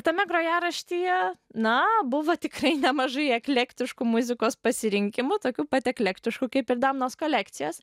tame grojaraštyje na buvo tikrai nemažai eklektiškų muzikos pasirinkimų tokių pat eklektiškų kaip ir demnos kolekcijos